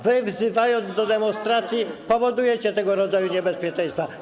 Wy, wzywając do demonstracji, powodujecie tego rodzaju niebezpieczeństwa.